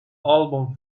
album